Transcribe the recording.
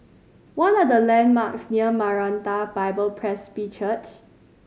what are the landmarks near Maranatha Bible Presby Church